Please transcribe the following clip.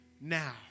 now